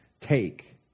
take